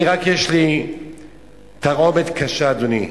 אני, רק יש לי תרעומת קשה, אדוני.